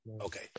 okay